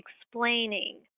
explaining